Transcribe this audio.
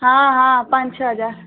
हाँ हाँ पाँच छः हज़ार